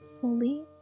fully